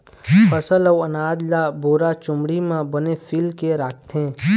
फसल अउ अनाज ल बोरा, चुमड़ी म बने सील साल के राखथे